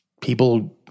people